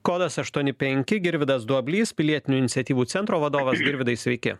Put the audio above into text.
kodas aštuoni penki girvydas duoblys pilietinių iniciatyvų centro vadovas girvydai sveiki